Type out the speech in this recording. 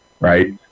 right